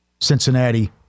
Cincinnati